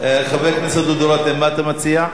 חבר הכנסת דודו רותם, מה אתה מציע?